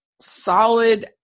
solid